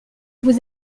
vous